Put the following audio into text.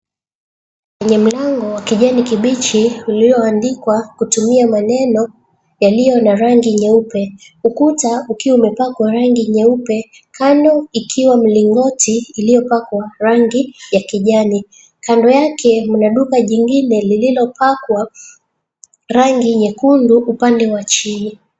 Kwenye milango wa kijani kibichi ulioandikwa kutumia maneno yaliyo na rangi nyeupe ukuta ukiwa umepakwa rangi nyeupe kando ikiwa mlingoti iliyopakwa rangi ya kijani. Kando yake mna duka jingine lililopakwa rangi nyekundu upande wa chini.